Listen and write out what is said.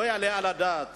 לא יעלה על הדעת